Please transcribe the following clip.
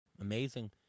amazing